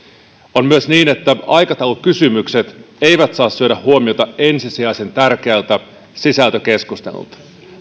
on myös niin että aikataulukysymykset eivät saa syödä huomiota ensisijaisen tärkeältä sisältökeskustelulta